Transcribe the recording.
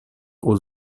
aux